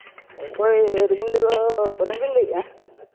ᱚᱠᱚᱭ ᱨᱚᱵᱤᱱᱫᱨᱚ ᱥᱚᱨᱮᱱᱵᱤᱱ ᱞᱟᱹᱭᱮᱫᱼᱟ